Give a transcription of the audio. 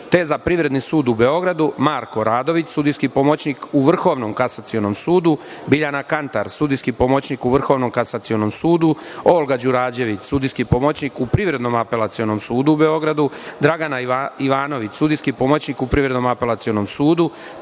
Te, za Privredni sud u Beogradu – Marko Radović, sudijski pomoćnik u Vrhovnom kasacionom sudu, Biljana Kantar, sudijski pomoćnik u Vrhovnom kasacionom sudu, Olga Đurađević, sudijski pomoćnik u Privrednom apelacionom sudu u Beogradu, Dragana Ivanović, sudijski pomoćnik u Privrednom apelacionom sudu,